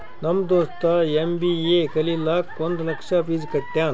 ನಮ್ ದೋಸ್ತ ಎಮ್.ಬಿ.ಎ ಕಲಿಲಾಕ್ ಒಂದ್ ಲಕ್ಷ ಫೀಸ್ ಕಟ್ಯಾನ್